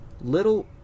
little